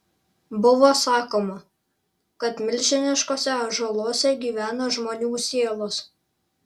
buvo sakoma kad milžiniškuose ąžuoluose gyvena žmonių sielos